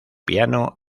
piano